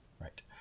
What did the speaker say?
Right